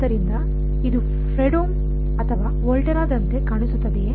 ಆದ್ದರಿಂದ ಇದು ಫ್ರೆಡ್ಹೋಮ್ ಅಥವಾ ವೋಲ್ಟೆರಾದಂತೆ ಕಾಣಿಸುತ್ತದೆಯೇ